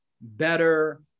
better